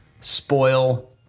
spoil